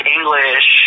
English